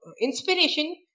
inspiration